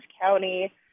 County